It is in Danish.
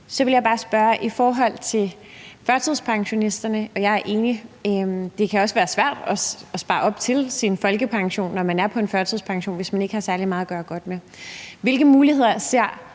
Så vil jeg bare stille et spørgsmål i forhold til førtidspensionisterne. Jeg er enig i, at det kan være svært at spare op til sin folkepension, når man er på en førtidspension, hvis man ikke har særlig meget at gøre godt med. Hvilke muligheder ser